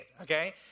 okay